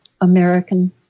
American